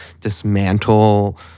dismantle